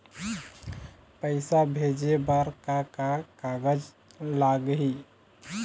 पैसा भेजे बर का का कागज लगही?